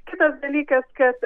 kitas dalykas kad